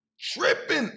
Tripping